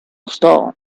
stall